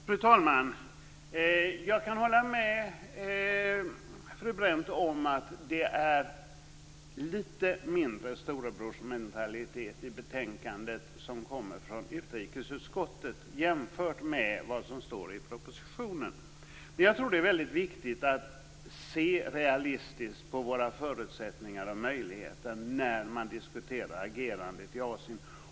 Fru talman! Jag kan hålla med fru Brendt om att det är lite mindre storebrorsmentalitet i betänkandet från utskottet jämfört med vad det är i propositionen. Det är väldigt viktigt att se realistiskt på våra förutsättningar och möjligheter när man diskuterar agerandet i Asien.